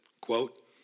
Quote